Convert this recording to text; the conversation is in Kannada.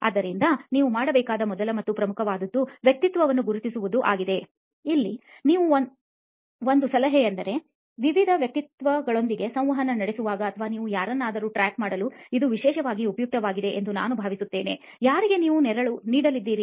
ಆದ್ದರಿಂದ ನೀವು ಮಾಡಬೇಕಾದ ಮೊದಲ ಮತ್ತು ಪ್ರಮುಖವಾದದ್ದು ವ್ಯಕ್ತಿತ್ವವನ್ನು ಗುರುತಿಸುವುದು ಆಗಿದೆ ಈಗ ಇಲ್ಲಿ ಒಂದು ಸಲಹೆಯೆಂದರೆ ವಿವಿಧ ವ್ಯಕ್ತಿತ್ವಗಳೊಂದಿಗೆ ಸಂವಹನ ನಡೆಸುವಾಗ ಅಥವಾ ನೀವು ಯಾರನ್ನಾದರೂ ಟ್ರ್ಯಾಕ್ ಮಾಡಲು ಇದು ವಿಶೇಷವಾಗಿ ಉಪಯುಕ್ತವಾಗಿದೆ ಎಂದು ನಾನು ಭಾವಿಸುತ್ತೇನೆ ಯಾರಿಗೆ ನೀವು ನೆರಳು ನೀಡಲಿದ್ದೀರಿ